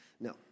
No